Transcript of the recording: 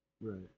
Right